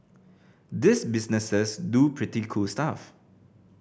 these businesses do pretty cool stuff